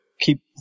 keep